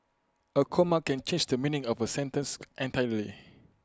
A comma can change the meaning of A sentence entirely